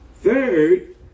Third